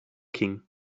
king